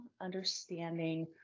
understanding